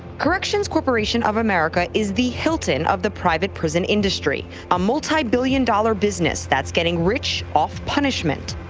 corrections corporation of america is the hilton of the private prison industry a multi-billion dollar business that's getting rich off punishment.